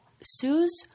Sue's